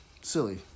silly